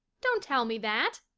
don't tell me that!